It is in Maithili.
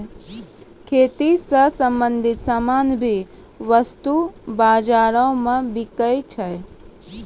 खेती स संबंछित सामान भी वस्तु बाजारो म बिकै छै